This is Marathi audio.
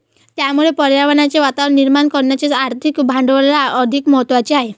त्यामुळे पर्यावरणाचे वातावरण निर्माण करण्याचे आर्थिक भांडवल अधिक महत्त्वाचे आहे